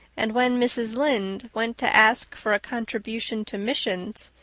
and when mrs. lynde went to ask for a contribution to missions.